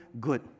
good